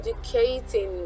educating